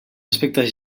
aspectes